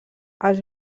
els